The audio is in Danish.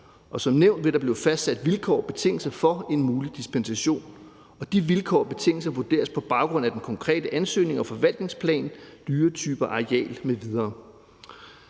som nævnt vil der blive fastsat vilkår og betingelser for en mulig dispensation, og de vilkår og betingelser vurderes på baggrund af den konkrete ansøgning og forvaltningsplan, dyretypeareal m.v.